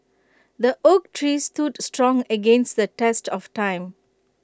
the oak tree stood strong against the test of time